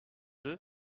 deux